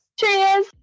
Cheers